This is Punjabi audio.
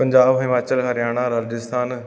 ਪੰਜਾਬ ਹਿਮਾਚਲ ਹਰਿਆਣਾ ਰਾਜਸਥਾਨ